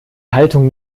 haltung